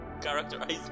characterized